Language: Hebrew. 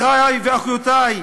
אחי ואחיותי,